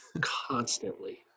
constantly